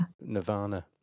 Nirvana